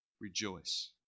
Rejoice